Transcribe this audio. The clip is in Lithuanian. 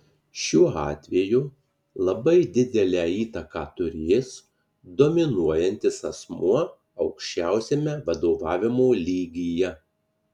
šiuo atveju labai didelę įtaką turės dominuojantis asmuo aukščiausiame vadovavimo lygyje